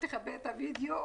לכבות את הווידיאו,